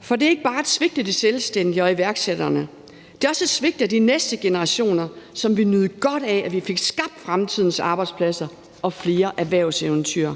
for det er ikke bare at svigte de selvstændige og iværksætterne, det er også et svigt af de næste generationer, som vil nyde godt af, at vi fik skabt fremtidens arbejdspladser og friere erhvervseventyr.